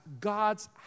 God's